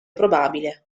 probabile